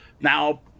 Now